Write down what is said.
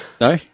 No